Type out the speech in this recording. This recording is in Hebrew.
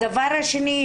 הדבר השני,